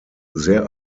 sehr